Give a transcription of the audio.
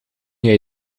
jij